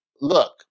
look